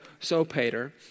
Sopater